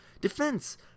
Defense